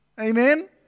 Amen